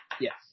Yes